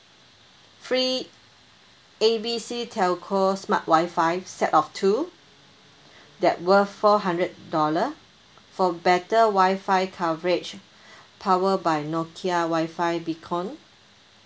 free A B C telco smart wi-fi set of two that worth four hundred dollar for better wi-fi coverage power by nokia wi-fi beacon